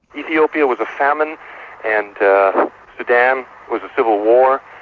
ethiopia was a famine and sudan was a civil war,